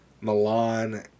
Milan